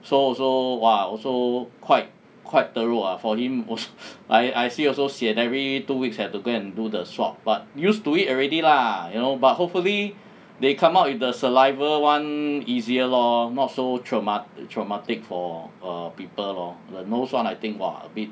so also !wah! also quite quite teruk ah for him 我 I I see also sian every two weeks have to go and do the swab but used to it already lah you know but hopefully they come up with the saliva one easier lor not so trauma~ traumatic for err people lor the nose [one] I think !wah! a bit